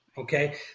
Okay